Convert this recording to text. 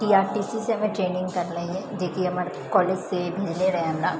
T R T C से हमे training केलियै जे कि हमर कॉलेज से भेजलै रहै हमरा